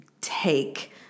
take